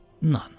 none